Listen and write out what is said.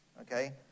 okay